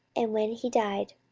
and when he died,